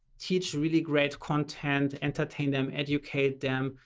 teach really great content, entertain them, educate them,